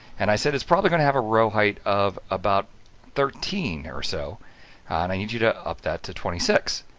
and i said it's probably going to have a row height of about thirteen or so, and i need you to up that to twenty six.